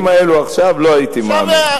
שאני אומר את הדברים האלו עכשיו, לא הייתי מאמין.